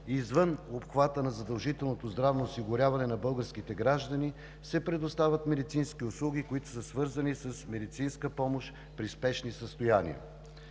извън обхвата на задължителното здравно осигуряване на българските граждани се предоставят медицински услуги, които са свързани с медицинска помощ при спешни състояния.